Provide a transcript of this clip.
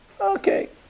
Okay